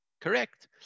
correct